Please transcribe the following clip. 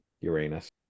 Uranus